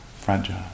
fragile